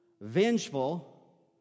vengeful